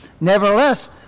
Nevertheless